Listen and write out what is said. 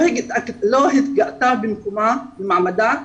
לא התגאתה במקומה ובמעמדה,